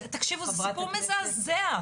זה סיפור מזעזע.